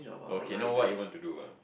okay know what you want to do ah